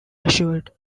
assured